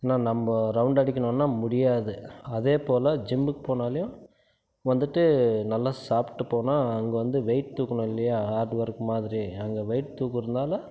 ஏன்னால் நம்ம ரவுண்டு அடிக்கணுன்னால் முடியாது அதே போல் ஜிம்முக்கு போனாலும் வந்துட்டு நல்லா சாப்பிட்டு போனால் அங்கே வந்து வெயிட்டு தூக்கணும் இல்லையா ஹார்ட் ஒர்க்கு மாதிரி அங்கே வெயிட் தூக்குறதுனாலே